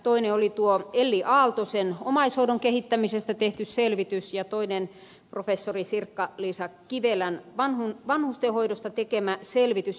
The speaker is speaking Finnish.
toinen oli elli aaltosen omaishoidon kehittämisestä tehty selvitys ja toinen professori sirkka liisa kivelän vanhustenhoidosta tekemä selvitys